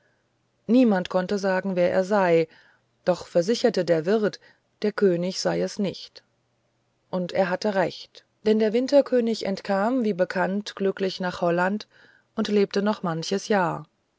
niemand konnte sagen wer er sei doch versicherte der wirt der könig sei es nicht und er hatte recht denn der winterkönig entkam wie bekannt glücklich nach holland und lebte noch manches jahr